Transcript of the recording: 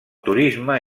turisme